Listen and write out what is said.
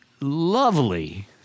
Lovely